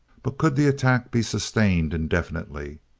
but could the attack be sustained indefinitely?